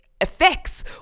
effects